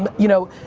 um you know,